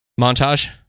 montage